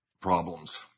problems